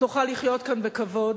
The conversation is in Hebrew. תוכל לחיות כאן בכבוד,